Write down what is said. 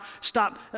stop